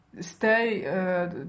stay